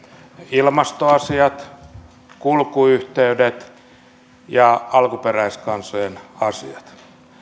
ilmastoasiat kulkuyhteydet ja alkuperäiskansojen asiat